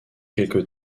quelque